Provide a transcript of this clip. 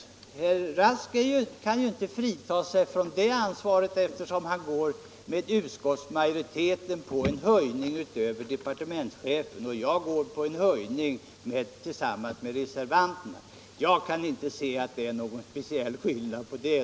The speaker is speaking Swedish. Herr Rask som är ledamot av utredningen går ju med utskottsmajoriteten och stöder en höjning utöver departementschefens förslag — jag stöder en höjning tillsammans med reservanterna. Jag kan inte se att det är någon speciell skillnad på det.